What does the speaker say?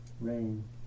rain